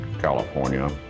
California